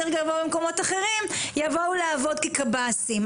גבוה במקומות אחרים יבואו לעבוד כקב"סים.